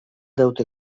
deute